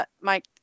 Mike